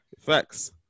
facts